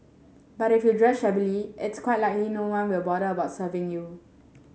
but if you dress shabbily it's quite likely no one will bother about serving you